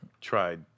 tried